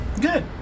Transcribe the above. Good